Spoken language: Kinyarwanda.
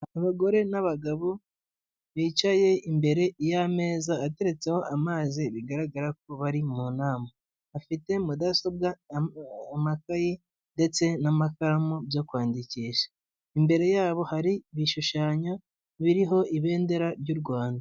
Abagore n'abagabo bicaye imbere y'ameza ateretseho amazi bigaragara ko bari mu nama afite mudasobwa amatoyi ndetse n'amakaramu byo kwandikisha imbere yabo hari ibishushanyo biriho ibendera ry'u Rwanda.